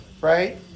right